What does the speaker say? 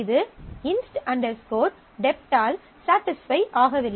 இது inst dept inst dept ஆல் satisfy ஆகவில்லை